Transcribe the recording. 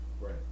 Right